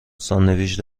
ساندویچ